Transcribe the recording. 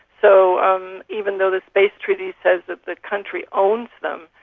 so um even though the space treaty says that the country owns them,